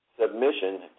submission